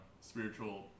spiritual